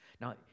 Now